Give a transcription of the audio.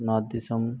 ᱱᱚᱣᱟ ᱫᱤᱥᱚᱢ